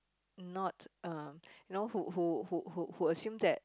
not um you know who who who who who assume that